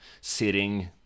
sitting